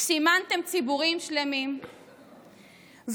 סימנתם ציבורים שלמים והפכתם